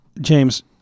James